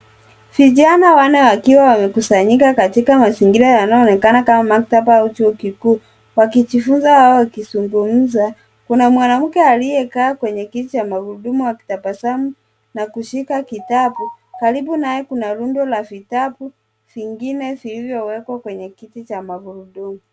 Vijana wanne wakiwa wamekusanyika katika mazingira yanayoonekana kama maktaba au chuo kikuu, wakijifunza au wakizungumza. Kuna mwanamke aliyekaa kwenye kiti ya magurudumu akitabasamu na kushika kitabu. Karibu naye kuna rundo la vitabu vingine vilivyowekwa kwenye kiti cha magurudumu.